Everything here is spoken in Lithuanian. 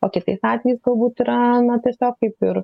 o kitais atvejais galbūt yra na tiesiog kaip ir